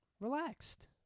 relaxed